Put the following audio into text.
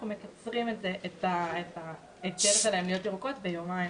אנחנו מקצרים את ההיתר שלהן להיות ירוקות ביומיים.